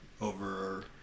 over